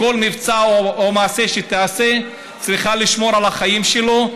בכל מבצע או מעשה שהיא תעשה היא צריכה לשמור על החיים שלו,